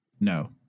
No